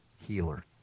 healer